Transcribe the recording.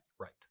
Right